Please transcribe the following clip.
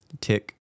tick